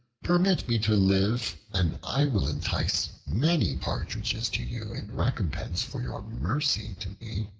permit me to live and i will entice many partridges to you in recompense for your mercy to me.